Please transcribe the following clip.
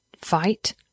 fight